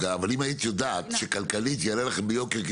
אבל אם היית יודעת שכלכלית יעלה לכם ביוקר כי